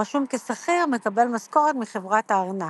הרשום כשכיר מקבל משכורת מחברת הארנק.